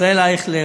ישראל אייכלר,